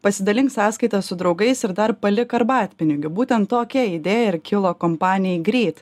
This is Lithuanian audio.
pasidalink sąskaita su draugais ir dar palik arbatpinigių būtent tokia idėja ir kilo kompanijai gryt